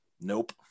nope